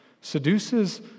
seduces